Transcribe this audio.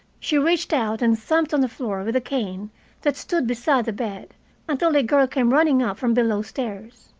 she reached out and thumped on the floor with a cane that stood beside the bed until a girl came running up from below stairs.